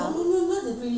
then